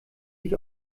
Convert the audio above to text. sich